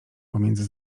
pomiędzy